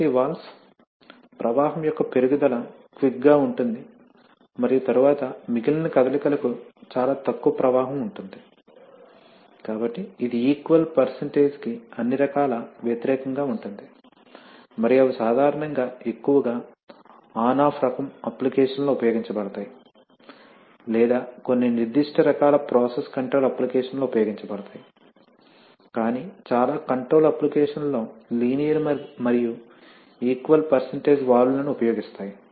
కాబట్టి ఈ వాల్వ్స్ ప్రవాహం యొక్క పెరుగుదల క్విక్ గా ఉంటుంది మరియు తరువాత మిగిలిన కదలికలకు చాలా తక్కువ ప్రవాహం ఉంటుంది కాబట్టి ఇది ఈక్వల్ పెర్సెంటేజ్ కి అన్ని రకాల వ్యతిరేకం గా ఉంటుంది మరియు అవి సాధారణంగా ఎక్కువగా ఆన్ ఆఫ్ రకం అప్లికేషన్ లలో ఉపయోగించబడతాయి లేదా కొన్ని నిర్దిష్ట రకాల ప్రాసెస్ కంట్రోల్ అప్లికేషన్ లలో ఉపయోగించబడతాయి కానీ చాలా కంట్రోల్ అప్లికేషన్ లలో లీనియర్ మరియు ఈక్వల్లీ పెర్సెంటేజ్ వాల్వ్స్ లను ఉపయోగిస్తాయి